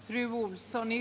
Fru talman!